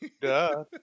Duh